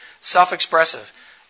Self-expressive